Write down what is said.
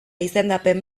izendapen